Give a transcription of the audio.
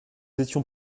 étions